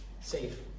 safe